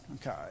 okay